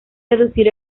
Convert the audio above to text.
reducir